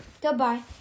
goodbye